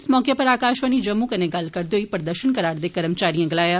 इस मौके उप्पर आकाशवाणी जम्मू कन्नै गल्ल करदे होई प्रदर्शन करा रदे कर्मचारियें गलाया